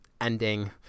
ending